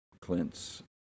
Clint's